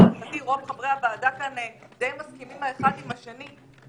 לשמחתי רוב חברי הוועדה כאן די מסכימים האחד עם השני,